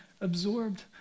absorbed